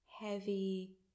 heavy